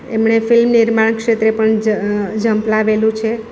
એમણે ફિલ્મ નિર્માણ ક્ષેત્રે પણ ઝંપલાવેલું છે